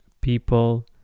people